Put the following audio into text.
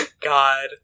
God